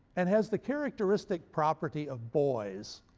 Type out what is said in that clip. and has the characteristic property of boys